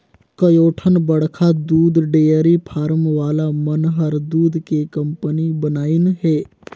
कयोठन बड़खा दूद डेयरी फारम वाला मन हर दूद के कंपनी बनाईंन हें